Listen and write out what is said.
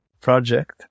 project